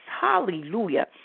Hallelujah